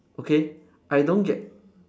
okay I don't get